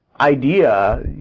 idea